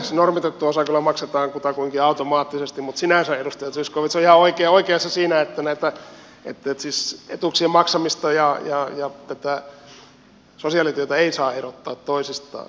se normitettu osa kyllä maksetaan kutakuinkin automaattisesti mutta sinänsä edustaja zyskowicz on ihan oikeassa siinä että etuuksien maksamista ja tätä sosiaalityötä ei saa erottaa toisistaan